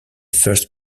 first